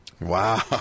Wow